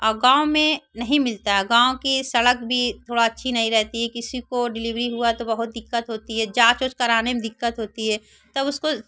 और गाँव में नहीं मिलता है गाँव की सड़क भी थोड़ी अच्छी नहीं रहती है किसी की डिलीवरी हुआ तो बहुत दिक़्क़त होती है जाँच वाँच कराने में दिक़्क़त होती है तब उसको